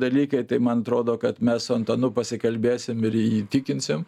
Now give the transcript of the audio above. dalykai tai man atrodo kad mes su antanu pasikalbėsim ir jį įtikinsim